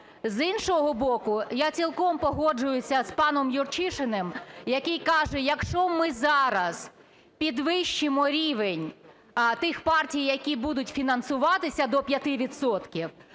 З іншого боку, я цілком погоджуюся з паном Юрчишиним, який каже: "Якщо ми зараз підвищимо рівень тих партій, які будуть фінансуватися, до 5